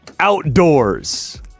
Outdoors